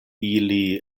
ili